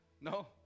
no